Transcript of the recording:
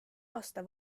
aasta